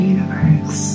Universe